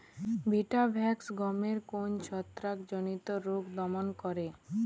Vitavax গমের কোন ছত্রাক ঘটিত রোগ দমন করে?